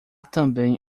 também